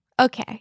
Okay